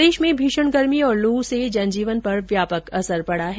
प्रदेश में भीषण गर्मी और लू से जनजीवन पर व्यापक असर पड़ा है